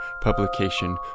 publication